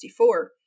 1964